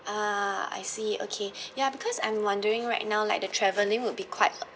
ah I see okay ya because I'm wondering right now like the travelling will be quite